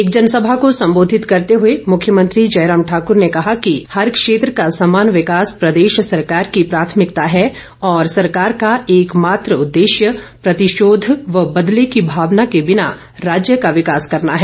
एक जनसभा को सम्बोधित करते हुए मुख्यमंत्री जयराम ठाकुर ने कहा कि हर क्षेत्र का समान विकास प्रदेश सरकार की प्राथमिकता है और सरकार का एक मात्र उददेश्य प्रतिशोध व बदले की भावना के बिना राज्य का विकास करना है